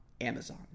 Amazon